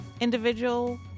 individual